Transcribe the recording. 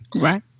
Right